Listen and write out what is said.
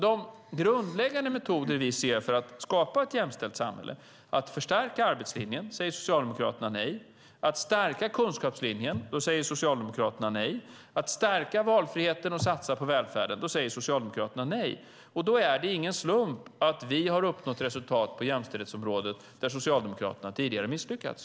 De grundläggande metoder som vi ser som viktiga för att skapa ett jämställt samhälle säger Socialdemokraterna nej till. Att förstärka arbetslinjen säger Socialdemokraterna nej till. Att stärka kunskapslinjen säger Socialdemokraterna nej till. Att stärka valfriheten och satsa på välfärden säger Socialdemokraterna nej till. Då är det ingen slump att vi har uppnått resultat på jämställdhetsområdet där Socialdemokraterna tidigare misslyckats.